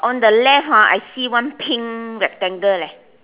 on the left ah I see one pink rectangle leh